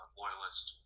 loyalist